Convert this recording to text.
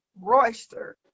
Royster